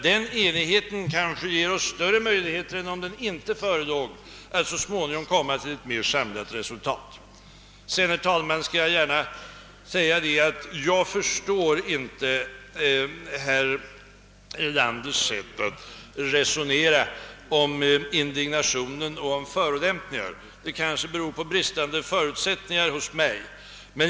Den enigheten kanske ger oss större möjligheter än om den inte förelåg att uppnå ett mera samlande resultat i de reella sakfrågorna. Sedan skall jag, herr talman, säga, att jag inte förstår herr Erlanders resonemang om indignation och om förolämpningar. Det kanske beror på bristande förutsättningar hos mig.